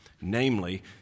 namely